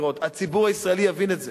הציבור הישראלי יבין את זה.